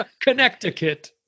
Connecticut